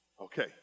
Okay